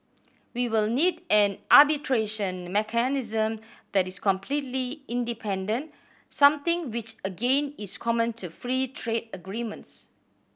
we will need an arbitration mechanism that is completely independent something which again is common to free trade agreements